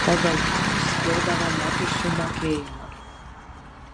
pagal luomus skirdavo mokesčių mokėjimą